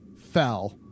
fell